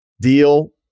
deal